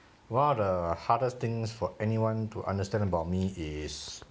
one of the hardest things for anyone to understand about me is